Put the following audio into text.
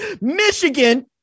Michigan